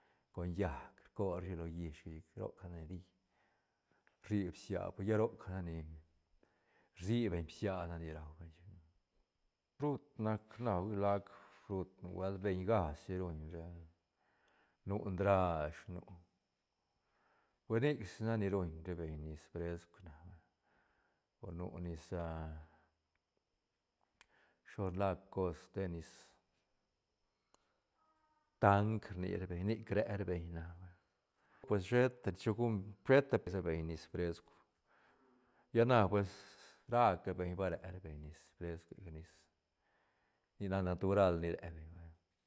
Con llaäc rco rashi lo llishga chic roc ne ri rri bsia pues lla roc nac ni rsi beñ bsia na ni rua beñ chic frut nac na hui lac frut nubuelt beñ gasi ruñ ra nu ndrash nu pue nic si nac ni ruñ ra beñ nis frescu na o nu nis ah shi lo la cos te nis tang rni ra beñ nic re ra beñ na vay pues sheta chu gum sheta beñ nis frescu lla na pues ra ca beñ ba re ra beñ nis frescuega nis nic nac natural ni re beñ vay.